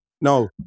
No